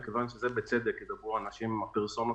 כי על זה ידברו האנשים עצמם,